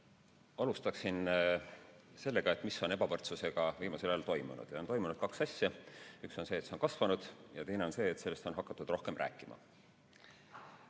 Alustan sellest, mis on ebavõrdsusega viimasel ajal toimunud. Toimunud on kaks asja: üks on see, et ebavõrdsus on kasvanud, ja teine on see, et sellest on hakatud rohkem rääkima.